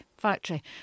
factory